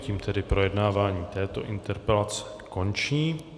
Tím tedy projednávání této interpelace končí.